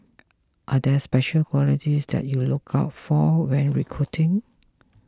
are there special qualities that you look out for when recruiting